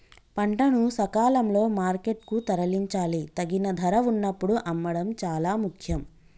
పంటను సకాలంలో మార్కెట్ కు తరలించాలి, తగిన ధర వున్నప్పుడు అమ్మడం చాలా ముఖ్యం